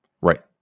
Right